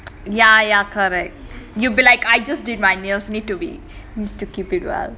ya ya correct you'll be like I just did my nails need to be need to keep it well